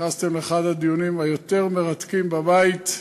נכנסתם לאחד הדיונים היותר-מרתקים בבית.